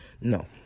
No